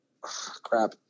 crap